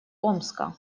омска